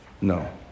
No